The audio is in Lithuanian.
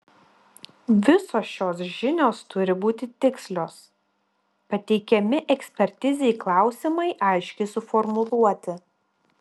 visos šios žinios turi būti tikslios pateikiami ekspertizei klausimai aiškiai suformuluoti